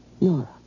Nora